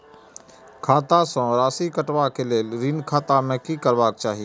खाता स राशि कटवा कै लेल ऋण खाता में की करवा चाही?